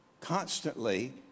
constantly